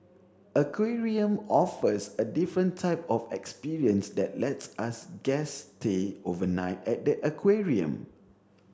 aquarium offers a different type of experience that lets us guests stay overnight at the aquarium